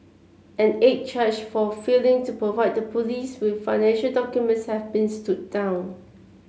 an eighth charge for failing to provide the police with financial documents has been stood down